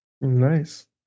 nice